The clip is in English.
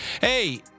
Hey